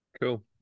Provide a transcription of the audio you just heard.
cool